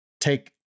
take